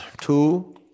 Two